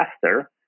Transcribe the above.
faster